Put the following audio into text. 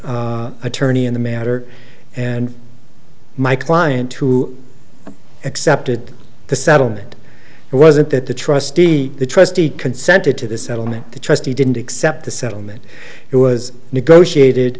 attorney in the matter and my client who accepted the settlement wasn't that the trustee the trustee consented to the settlement the trustee didn't accept the settlement it was negotiated